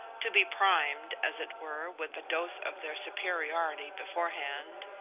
to be primed as it were with a dose of their superiority beforehand.